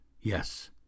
Yes